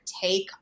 take